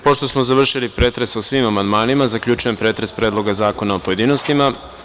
Pošto smo završili pretres o svim amandmanima, zaključujem pretres Predloga zakona u pojedinostima.